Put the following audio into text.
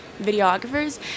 videographers